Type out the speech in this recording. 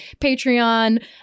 Patreon